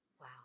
Wow